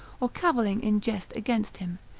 or cavilling in jest against him.